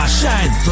shine